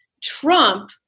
Trump